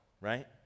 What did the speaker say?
Right